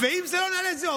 ואם זה לא עונה לזה,